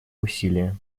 усилия